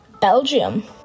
Belgium